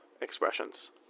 expressions